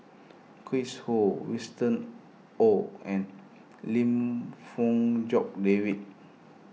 Chris Ho Winston Oh and Lim Fong Jock David